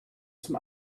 zum